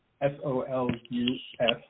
S-O-L-U-S